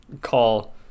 call